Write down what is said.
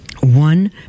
One